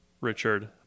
Richard